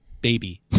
baby